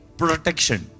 protection